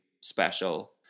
special